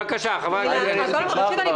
קחו לדוגמה את על"ה שנחשב כמגזר חרדי.